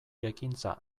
ekintza